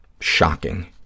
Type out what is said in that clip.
shocking